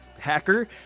hacker